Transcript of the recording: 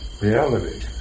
reality